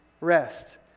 rest